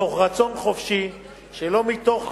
מתוך